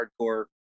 hardcore